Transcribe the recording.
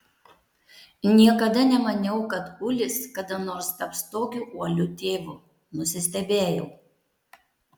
niekada nemaniau kad ulis kada nors taps tokiu uoliu tėvu nusistebėjau